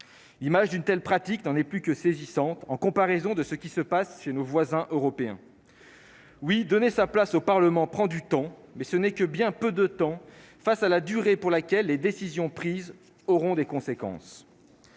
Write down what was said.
l'image d'une telle pratique n'en est plus que saisissante en comparaison de ce qui se passe chez nos voisins européens oui donner sa place au Parlement prend du temps, mais ce n'est que bien peu de temps face à la durée, pour laquelle les décisions prises auront des conséquences